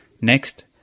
Next